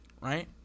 right